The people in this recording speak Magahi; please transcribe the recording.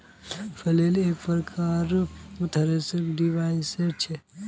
फ्लेल एक प्रकारेर थ्रेसिंग डिवाइस छ